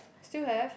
still have